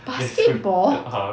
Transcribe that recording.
basketball